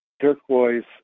turquoise